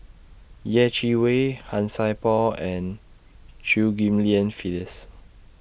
Yeh Chi Wei Han Sai Por and Chew Ghim Lian Phyllis